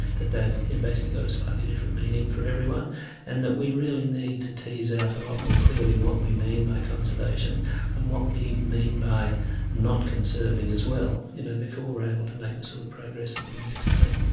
that they've basically got a slightly different meaning for everyone and that we really need to tease out a lot more clearly what we mean by conservation and what we mean by not conserving as well you know before we are able to make the sort of progress that we need to make.